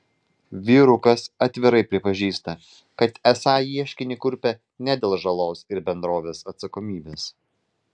vyrukas atvirai prisipažįsta esą ieškinį kurpia ne dėl žalos ir bendrovės atsakomybės